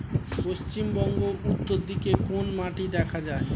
পশ্চিমবঙ্গ উত্তর দিকে কোন মাটি দেখা যায়?